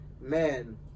man